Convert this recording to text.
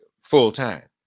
full-time